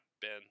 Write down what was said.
Ben